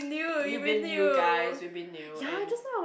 We Been New guys We Been New and